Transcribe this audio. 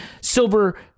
silver